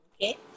Okay